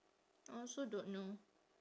I also don't know